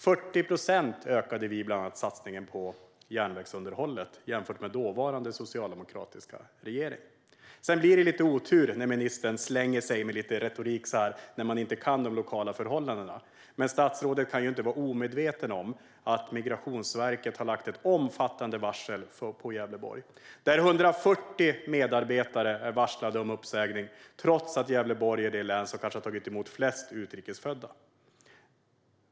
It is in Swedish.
Bland annat ökade vi satsningen på järnvägsunderhållet med 40 procent jämfört med den föregående socialdemokratiska regeringen. Det blir lite otur när ministern slänger sig med retorik och inte kan de lokala förhållandena, men statsrådet kan inte vara omedveten om att Migrationsverket har lagt ett omfattande varsel på Gävleborg. Där har 140 medarbetare varslats om uppsägning, trots att Gävleborg kanske är det län som har tagit emot flest utrikesfödda.